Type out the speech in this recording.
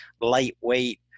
lightweight